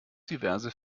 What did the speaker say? diverse